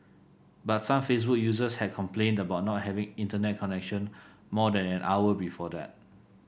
but some Facebook users had complained about not having Internet connection more than an hour before that